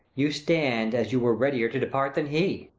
you stand, as you were readier to depart than he.